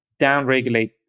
downregulate